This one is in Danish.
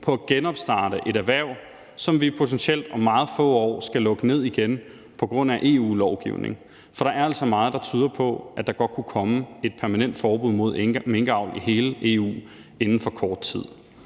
på at genopstarte et erhverv, som vi potentielt om meget få år skal lukke ned igen på grund af EU-lovgivning. For der er altså meget, der tyder på, at der godt kunne komme et permanent forbud mod minkavl i hele EU inden for kort tid.